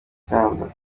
ikamba